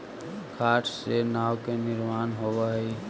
काठ से नाव के निर्माण होवऽ हई